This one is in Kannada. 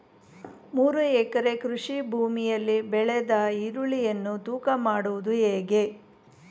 ಮೂರು ಎಕರೆ ಕೃಷಿ ಭೂಮಿಯಲ್ಲಿ ಬೆಳೆದ ಈರುಳ್ಳಿಯನ್ನು ತೂಕ ಮಾಡುವುದು ಹೇಗೆ?